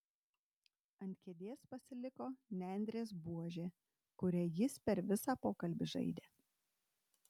ant kėdės pasiliko nendrės buožė kuria jis per visą pokalbį žaidė